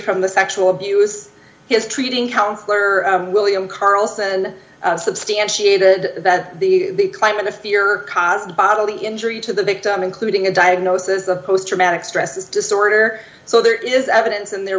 from the sexual abuse his treating counsellor william curls and substantiated that the climate of fear caused bodily injury to the victim including a diagnosis of post traumatic stress disorder so there is evidence in their